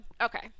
okay